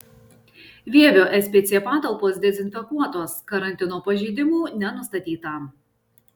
vievio spc patalpos dezinfekuotos karantino pažeidimų nenustatyta